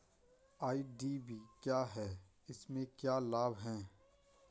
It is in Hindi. आई.डी.वी क्या है इसमें क्या लाभ है?